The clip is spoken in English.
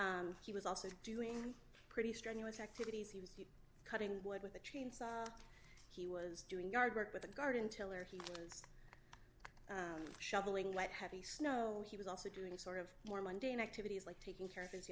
pain he was also doing pretty strenuous activities he was cutting wood with a chainsaw he was doing yard work with a garden tiller he was shuffling light heavy snow he was also doing sort of more mundane activities like taking care of his